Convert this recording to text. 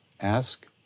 ask